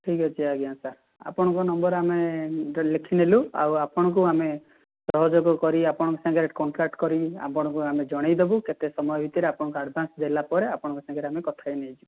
ଠିକ୍ ଅଛି ଆଜ୍ଞା ସାର୍ ଆପଣଙ୍କ ନମ୍ବର୍ ଆମେ ଲେଖିନେଲୁ ଆଉ ଆପଣଙ୍କୁ ଆମେ ସହଯୋଗ କରି ଆପଣଙ୍କ ସାଙ୍ଗରେ ଆମେ କଣ୍ଟାକ୍ଟ୍ କରି ଆପଣଙ୍କୁ ଆମେ ଜଣାଇଦେବୁ କେତେ ସମୟ ଭିତରେ ଆପଣଙ୍କୁ ଆଡ଼ଭାନ୍ସ୍ ଦେଲା ପରେ ଆମେ ଆପଣଙ୍କ ସାଙ୍ଗରେ ଆମେ କଥା ହେଇ ନେଇଯିବୁ